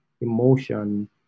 emotion